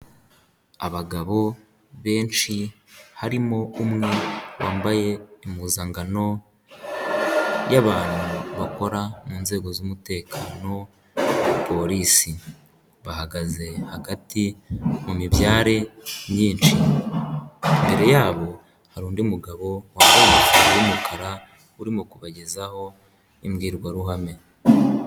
Abagabo benshi harimo umwe wambaye impuzankano y'abantu bakora mu nzego z'umutekano polisi, bahagaze hagati mu mibyare myinshi, imbere yabo hari undi mugabo wambaye ingofero y'umukara urimo kubagezaho imbwirwaruhame.